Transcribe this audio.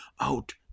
out